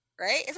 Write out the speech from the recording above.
right